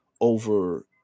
over